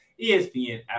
ESPN